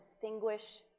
distinguish